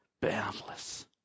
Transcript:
boundless